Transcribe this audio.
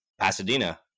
Pasadena